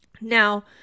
Now